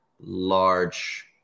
large